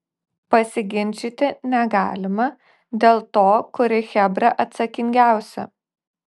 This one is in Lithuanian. pasiginčyti negalima dėl to kuri chebra atsakingiausia